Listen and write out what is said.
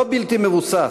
לא בלתי מבוסס,